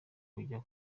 kujya